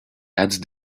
add